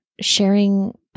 sharing